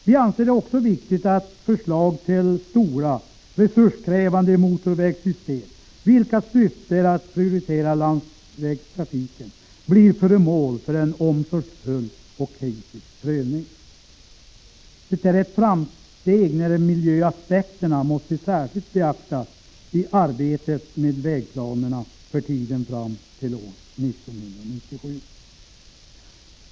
Vi anser det också vara viktigt att förslag till stora, resurskrävande motorvägssystem, vilkas syfte är att prioritera landsvägstrafiken, blir föremål för en omsorgsfull och kritisk prövning. Det är ett framsteg när miljöaspekterna särskilt måste beaktas i arbetet med vägplanerna för tiden fram till år 1997.